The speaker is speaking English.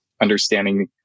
understanding